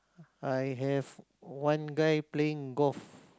I have one guy playing golf